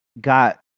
got